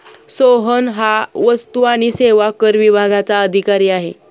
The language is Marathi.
सोहन हा वस्तू आणि सेवा कर विभागाचा अधिकारी आहे